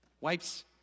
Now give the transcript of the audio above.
wipes